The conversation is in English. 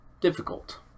difficult